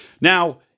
Now